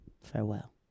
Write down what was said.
Farewell